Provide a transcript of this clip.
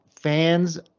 fans